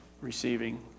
receiving